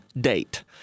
date